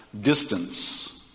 distance